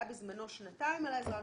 בזמנו היה שנתיים לעזרה הראשונה.